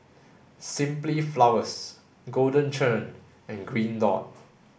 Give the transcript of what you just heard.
Simply Flowers Golden Churn and Green dot